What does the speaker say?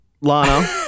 Lana